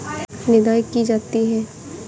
निदाई की जाती है?